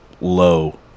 low